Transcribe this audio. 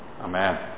amen